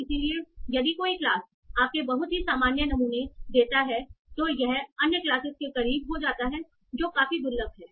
इसलिए यदि कोई क्लास आपको बहुत ही सामान्य नमूने देता है तो यह अन्य क्लासेस के करीब हो जाता है जो काफी दुर्लभ हैं